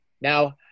Now